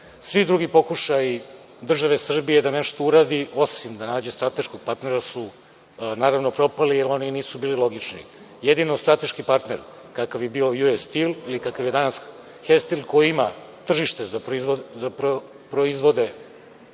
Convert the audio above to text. Svi drugi pokušaji države Srbije da nešto uradi, osim da nađe strateškog partnera, su naravno propali jer oni nisu bili logični. Jedino strateški partner kakav je bio US Steel ili kakav je danas „Hestil“, koji ima tržište za proizvode